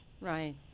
Right